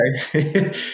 Okay